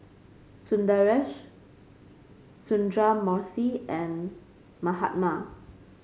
Sundaresh Sundramoorthy and Mahatma